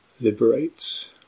liberates